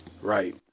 Right